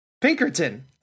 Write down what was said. Pinkerton